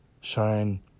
shine